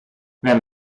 wenn